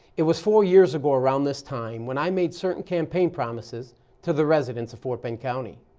it was four years ago around this time when i made certain campaign promises to the residents of fort bend county.